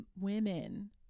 women